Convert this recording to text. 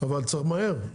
אבל צריך למהר,